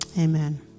Amen